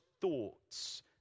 thoughts